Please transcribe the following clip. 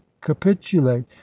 capitulate